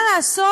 מה לעשות,